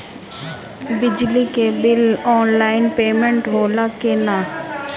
बिजली के bill online payment होला कि ना?